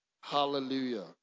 Hallelujah